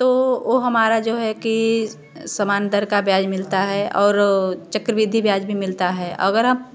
तो वह हमारा जो है की सामान दर का ब्याज मिलता है और चक्रवर्ती ब्याज भी मिलता है अगर आप